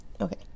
Okay